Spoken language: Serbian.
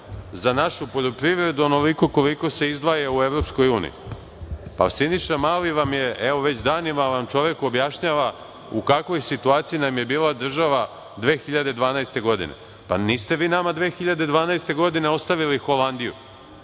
za našu poljoprivredu onoliko koliko se izdvaja u Evropskoj Uniji. Pa, Siniša Mali vam danima objašnjava u kakvoj situaciji nam je bila država 2012. godine. Pa, niste vi nama 2012. godine ostavili Holandiju